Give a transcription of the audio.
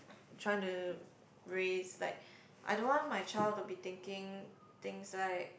trying to raise like I don't want my child to be thinking things like